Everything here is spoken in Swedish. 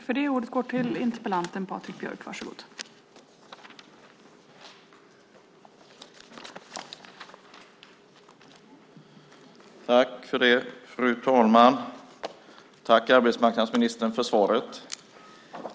Fru talman! Tack, arbetsmarknadsministern, för svaret!